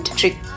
trick